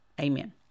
Amen